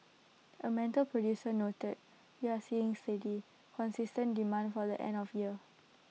A metal producer noted we are seeing steady consistent demand for the end of year